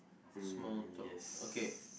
small talk okay